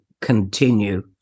continue